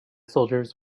soldiers